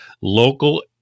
local